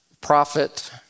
prophet